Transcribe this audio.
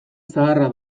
zaharra